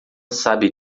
sabe